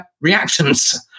reactions